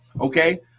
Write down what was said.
okay